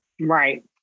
Right